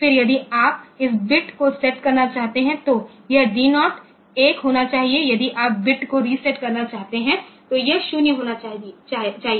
फिर यदि आप इस बिट को सेट करना चाहते हैं तो यह D0 1 होना चाहिए यदि आप बिट को रीसेट करना चाहते हैं तो यह 0 होना चाहिए